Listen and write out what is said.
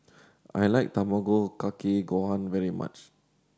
I like Tamago Kake Gohan very much